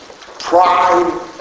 pride